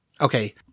okay